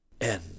End